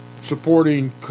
supporting